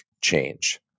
change